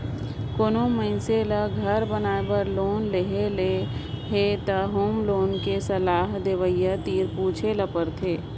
कोनो मइनसे ल घर बनाए बर लोन लेहे ले अहे त होम लोन कर सलाह देवइया तीर पूछे ल परथे